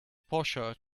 posher